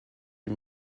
die